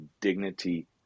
dignity